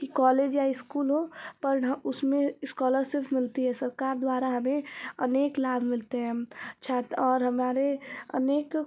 कि कॉलेज या इस्कूल हो पर उसमें इस्कॉलरसिप मिलती है सरकार द्वारा हमें अनेक लाभ मिलते हैं और हमारे अनेक